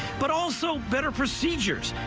but also better procedures,